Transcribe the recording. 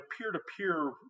peer-to-peer